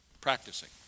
Practicing